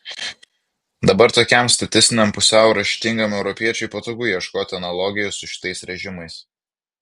dabar tokiam statistiniam pusiau raštingam europiečiui patogu ieškoti analogijų su šitais režimais